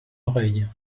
oreille